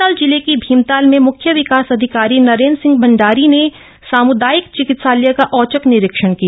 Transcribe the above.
नैनीताल जिले के भीमताल में मुख्य विकास अधिकारी नरेन्द्र सिंह भंडप्री ने सामुदायिक चिकित्सप्राय कप्त औचक निरीक्षण किया